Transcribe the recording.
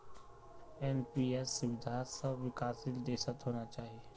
NPS सुविधा सब विकासशील देशत होना चाहिए